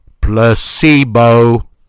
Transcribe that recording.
Placebo